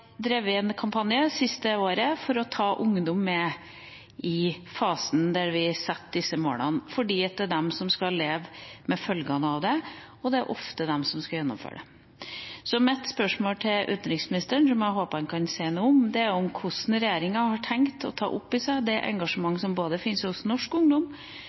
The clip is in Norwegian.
en kampanje det siste året for å ta ungdom med i den fasen der vi setter disse målene, fordi det er de som skal leve med følgene av dem, og det ofte er de som skal gjennomføre dem. Så mitt spørsmål til utenriksministeren, som jeg håper han kan si noe om, er hvordan regjeringa har tenkt å ta opp i seg det engasjementet som fins både hos norsk ungdom,